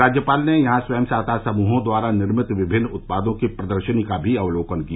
राज्यपाल ने यहां स्वयं सहायता समूहों द्वारा निर्मित विभिन्न उत्पादन की प्रदर्शनी का भी अवलोकन किया